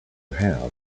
have